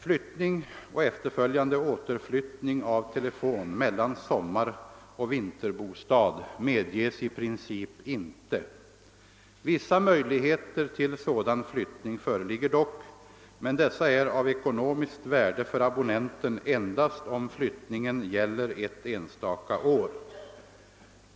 Flyttning och efterföljande återflyttning av telefon mellan sommaroch vinterbostad medges i princip inte. Vissa möjligheter till sådan flyttning föreligger dock, men dessa är av ekonomiskt värde för abonnenten endast om flyttningen gäller ett enstaka år.